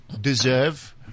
deserve